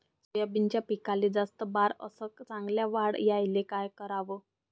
सोयाबीनच्या पिकाले जास्त बार अस चांगल्या वाढ यायले का कराव?